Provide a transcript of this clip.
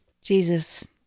Jesus